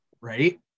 right